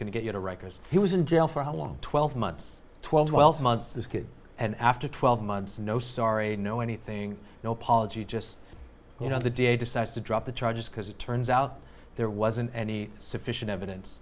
going to get you to rikers he was in jail for a long twelve months twelve twelve months this kid and after twelve months no sorry no anything no apology just you know the d a decides to drop the charges because it turns out there wasn't any sufficient evidence